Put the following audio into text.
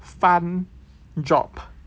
fun job